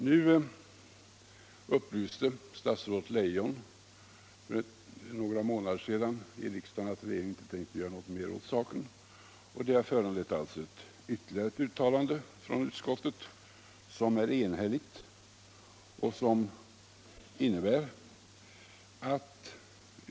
För några månader sedan upplyste statsrådet Leijon riksdagen om att regeringen inte tänker göra något mer åt saken. Det har föranlett ytterligare ett uttalande från utskottet, ett uttalande som är enhälligt.